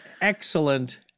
excellent